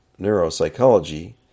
neuropsychology